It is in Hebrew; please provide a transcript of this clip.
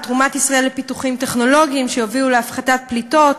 על תרומת ישראל לפיתוחים טכנולוגיים שיביאו להפחתת פליטות,